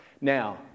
Now